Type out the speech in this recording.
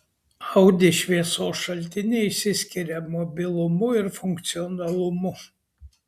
audi šviesos šaltiniai išsiskiria mobilumu ir funkcionalumu